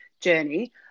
journey